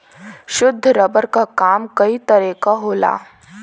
शुद्ध रबर क काम कई तरे क होला